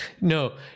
no